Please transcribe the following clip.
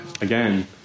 again